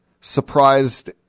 surprised